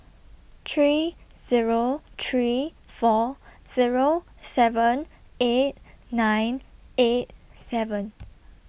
three Zero three four Zero seven eight nine eight seven